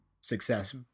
success